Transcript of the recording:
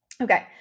Okay